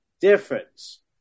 difference